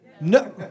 No